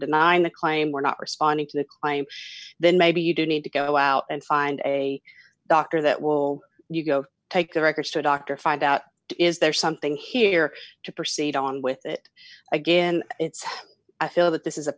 denying the claim we're not responding to the claims then maybe you do need to go out and find a doctor that will you go take their records to a doctor find out is there something here to proceed on with it again it's i feel that this is a